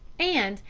and,